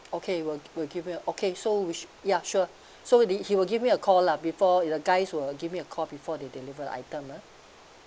okay will will me a okay so which ya sure so did he will give me a call lah before uh the guys will give me a call before they deliver the item ah